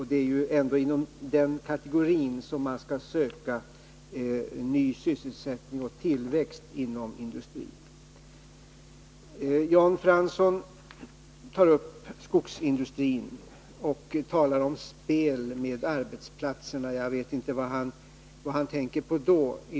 Det är ändå inom den kategorin som vi skall söka ny sysselsättning och tillväxt inom industrin. Jan Fransson tog upp skogsindustrin och talade om ett spel med arbetsplatser. Jag vet inte vad han då tänker på.